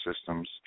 systems